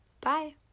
Bye